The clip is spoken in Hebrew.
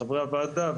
חברי הוועדה,